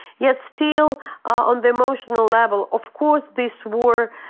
yet still on the emotional level, of course, this war.